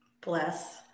bless